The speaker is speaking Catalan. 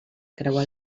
creua